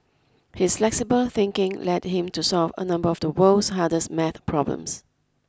his flexible thinking led him to solve a number of the world's hardest math problems